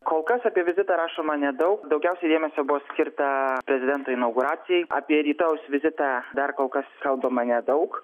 kol kas apie vizitą rašoma nedaug daugiausiai dėmesio bus skirta prezidento inauguracijai apie rytojaus vizitą dar kol kas kalbama nedaug